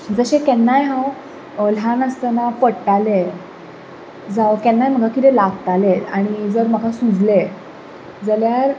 जशें केन्नाय हांव ल्हान आसतना पडटालें जावं केन्नाय म्हाका कितें लागतालें आनी जर म्हाका सुजलें जाल्यार